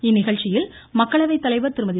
இந்நிகழ்ச்சியில் மக்களவை தலைவர் திருமதி